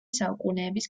საუკუნეების